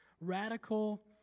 radical